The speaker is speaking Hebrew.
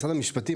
משרד המשפטים,